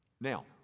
Now